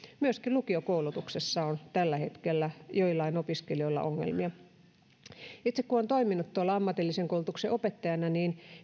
myöskin lukiokoulutuksessa on tällä hetkellä joillain opiskelijoilla ongelmia itse kun olen toiminut tuolla ammatillisen koulutuksen opettajana niin